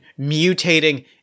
mutating